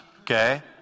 okay